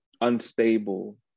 unstable